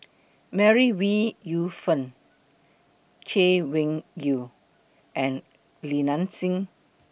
May Ooi Yu Fen Chay Weng Yew and Li Nanxing